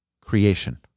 creation